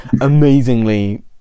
amazingly